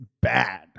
bad